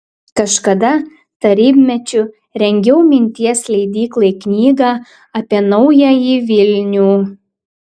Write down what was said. kažkada tarybmečiu rengiau minties leidyklai knygą apie naująjį vilnių